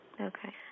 Okay